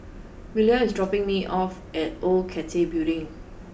Willa is dropping me off at Old Cathay Building